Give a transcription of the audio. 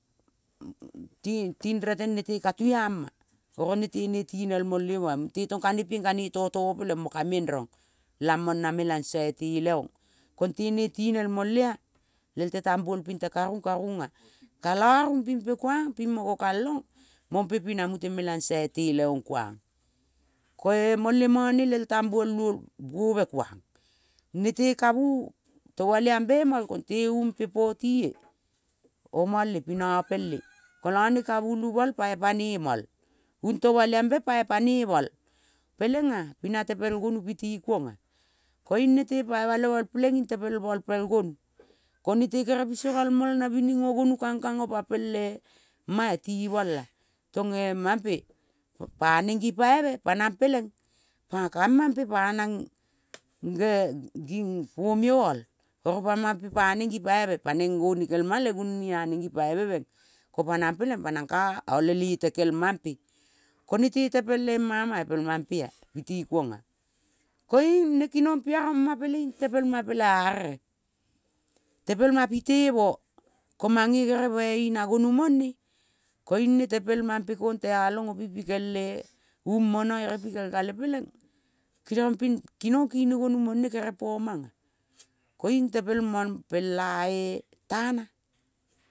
Ting, ting reteng nete ka tuia ma. Oro nete netinel mole moa, te tong ka nepieng ka ne totomo peleng mo kamendrong lamong na melangso iteleong. Konte ne tinel molea lel te tambuol pite karung, karunga. Kala rumpi pe kuang pimo gokalong mompe pi na mute melangso iteleong kuang. Koe mole mane lel tambuol luol buove kuang. Nete kavu tomoliambe mol konte umpe potie omal-e-pi napel-e. Kola ne kavulumol pai pane mol. Ung tomoliambe pai pane mol pelenga pina tepel gonu piti kuonga. Koiung nete paima le mol ing tepel mol pel gonu. Ko nete kere piso gal mol na bining-o-gonu kangkang opa pele ma-a timola. Tonge mampe paneng gi paive pa nang peleng pa ka mampe panang ge ging pomioal. Oro pa mampe paneng gi paive paneng gonikelma le gunoni aneng gi paive meng, ko pa nang peleng, pa nangka ole lete kel mampe. Ko nete tepel ema ma-a pel mampea piti kuonga. Koiung ne koiung piaroma peleng tepelma pela arere. Tepelma pi tevo. Ko mange gere bai ina gonu mone. Koiung ne tepel mampekong tealong opi pikele um mona ere pikel kale peleng keriong ping kinong kini gonu mone kerepomanga, koiung tepelmong pel ae tana.